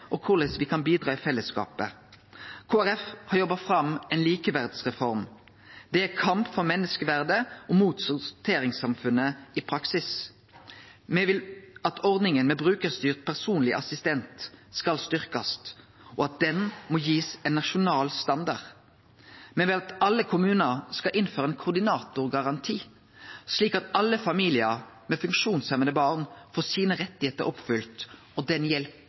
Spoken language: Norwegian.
og korleis me kan bidra i fellesskapet. Kristeleg Folkeparti har jobba fram ei likeverdsreform. Det er kamp for menneskeverdet og mot sorteringssamfunnet i praksis. Me vil at ordninga med brukarstyrt personleg assistent skal styrkjast, og at ho må bli gitt ein nasjonal standard. Me vil at alle kommunar skal innføre ein koordinatorgaranti, slik at alle familiar med funksjonshemma barn får rettane sine oppfylte, og får den